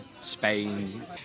Spain